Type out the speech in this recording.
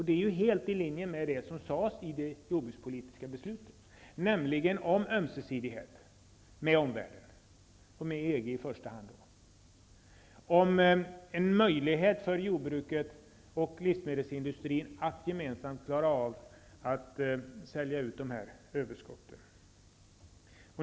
Det är ju helt i linje med det som sades i det jordbrukspolitiska beslutet, nämligen att det skall vara ömsesidighet med omvärlden, med EG i första hand, om jordbruket och livsmedelsindustrin skall klara att sälja ut överskotten.